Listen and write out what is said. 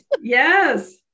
Yes